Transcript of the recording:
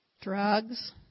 drugs